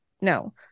No